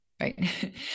right